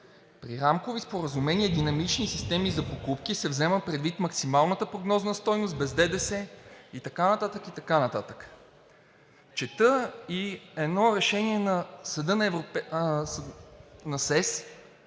„При рамкови споразумения и динамични системи за покупки се взема предвид максималната прогнозна стойност без ДДС“ и така нататък, и така нататък. Чета и едно решение на СЕС